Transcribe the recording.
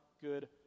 good